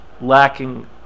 lacking